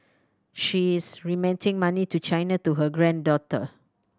she's remitting money to China to her granddaughter